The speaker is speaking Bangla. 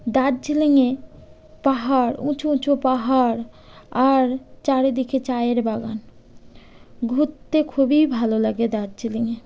দার্জিলিংয়ে পাহাড় উঁচু উঁচু পাহাড় আর চারিদিকে চায়ের বাগান ঘুরতে খুবই ভালো লাগে দার্জিলিংয়ে